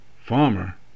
farmer